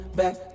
back